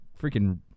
freaking